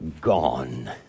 gone